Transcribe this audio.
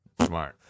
smart